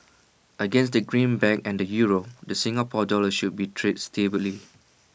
against the greenback and the euro the Singapore dollar should be trade stably